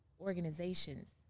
organizations